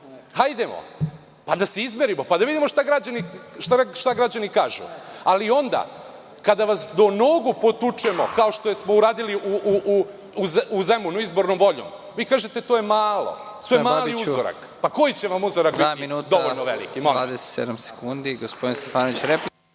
hajdemo, pa da se izmerimo, da vidimo šta građani kažu. Onda, kada vas do nogu potučemo kao što smo uradili u Zemunu izbornom voljom, vi kažete – to je malo, to je mali uzorak. Koji će vam uzorak biti dovoljno veliki?